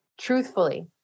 truthfully